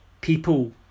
People